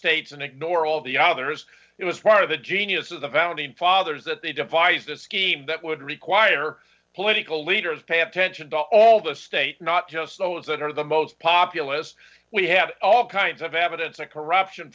states and ignore all the others it was part of the genius of the valentine fathers that they devised a scheme that would require political leaders pay attention to all the states not just those that are the most populous we have all kinds of evidence of corruption